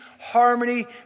harmony